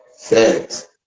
Thanks